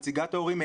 נציגת ההורים,